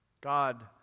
God